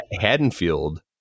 Haddonfield